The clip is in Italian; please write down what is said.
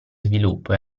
sviluppo